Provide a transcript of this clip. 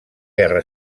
guerra